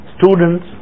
students